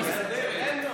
אני מסתדרת.